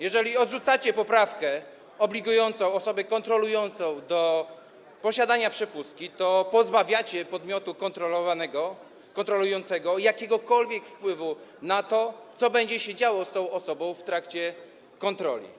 Jeżeli odrzucacie poprawkę obligującą osobę kontrolującą do posiadania przepustki, to pozbawiacie podmiot kontrolowany, kontrolujący jakiegokolwiek wpływu na to, co będzie się działo z tą osobą w trakcie kontroli.